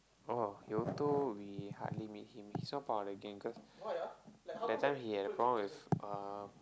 oh we hardly meet him he's not part of the gang cause that time he had a problem with uh